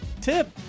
tip